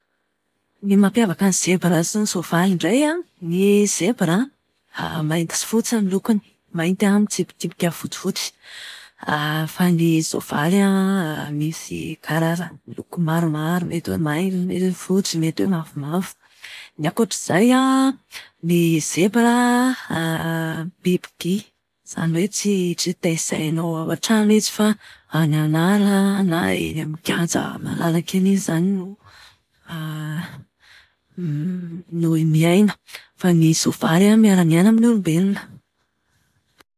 Ny mampiavaka ny zebra sy ny soavaly indray an, ny zebra mainty sy fotsy ny lokony. Mainty an, mitsipitsipika fotsifotsy. Fa ny soavaly an, misy karazana loko maromaro. Mety hoe mainty an, mety hoe fotsy. Mety hoe mavomavo. Ny ankoatri'zay an, ny zebra an biby dia. Izany hoe tsy- tsy taizana ao an-trano izy fa any an'ala an, na eny amin'ny kianja malalaka eny izany no no miaina. Fa ny soavaly miara-miaina amin'ny olombelona.